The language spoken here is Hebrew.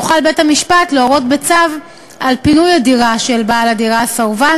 יוכל בית-המשפט להורות בצו על פינוי הדירה של בעל הדירה הסרבן